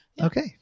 Okay